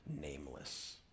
nameless